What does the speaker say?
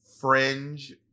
fringe